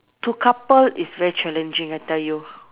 to couple is very challenging I tell you